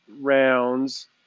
rounds